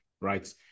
right